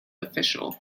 official